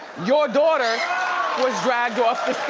your daughter was dragged off